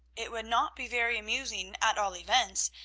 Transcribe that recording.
it would not be very amusing, at all events,